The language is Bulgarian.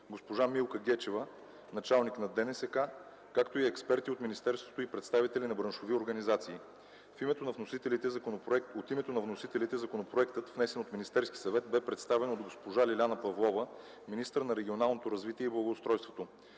госпожа Милка Гечева – началник на ДНСК, както и експерти от министерството и представители на браншови организации. От името на вносителите законопроектът, внесен от Министерския съвет, бе представен от госпожа Лиляна Павлова – министър на регионалното развитие и благоустройството.